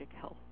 health